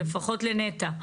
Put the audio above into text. לפחות לנת"ע.